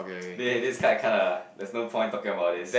there this kind kinda there's no point talking about this